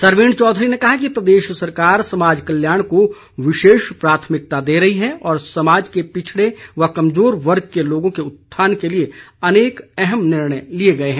सरवीण चौधरी ने कहा कि प्रदेश सरकार समाज कल्याण को विशेष प्राथमिकता दे रही है और समाज के पिछड़े व कमजोर वर्ग के लोगों के उत्थान के लिए अनेक अहम निर्णय लिए गए हैं